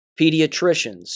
pediatricians